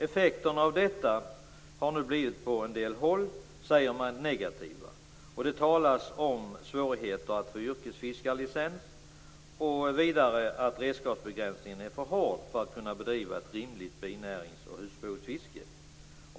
Effekterna av detta har nu på en del håll blivit negativa. Det talas om svårigheter att få yrkesfiskarlicens och att redskapsbegränsningen är för hård för att man skall kunna bedriva ett rimligt binärings och husbehovsfiske.